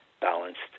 balanced